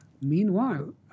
Meanwhile